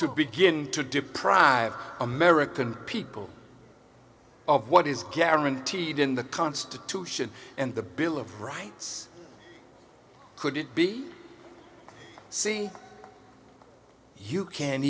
to begin to deprive american people of what is guaranteed in the constitution and the bill of rights couldn't be see you can't